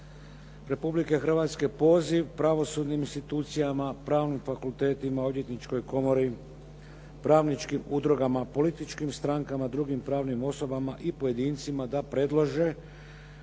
Republike Hrvatske poziv pravosudnim institucijama, pravnim fakultetima, Odvjetničkoj komori, pravničkim udrugama, političkim strankama, drugim pravnim osobama i pojedincima da predlože